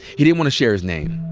he didn't wanna share his name,